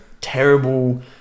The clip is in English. terrible